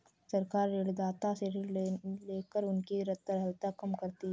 सरकार ऋणदाता से ऋण लेकर उनकी तरलता कम करती है